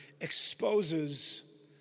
exposes